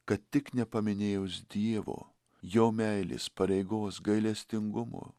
kad tik nepaminėjus dievo jo meilės pareigos gailestingumo